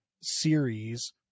series